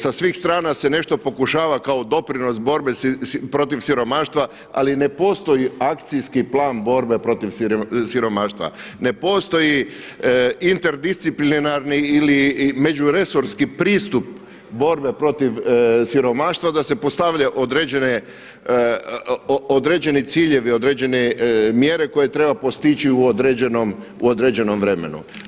Sa svih strana se nešto pokušava kao doprinos borbe protiv siromaštva, ali ne postoji akcijski plan borbe protiv siromaštva, ne postoji interdisciplinarni ili međuresorski pristup borbe protiv siromaštva da se postavlja određeni ciljevi, određene mjere koje treba postići u određenom vremenu.